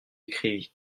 écrivit